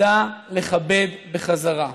ידע לכבד בחזרה.